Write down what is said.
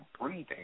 breathing